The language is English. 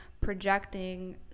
projecting